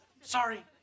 sorry